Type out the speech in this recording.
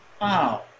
wow